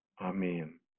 Amen